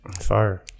Fire